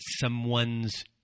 someone's